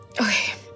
Okay